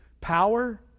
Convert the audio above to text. power